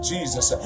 Jesus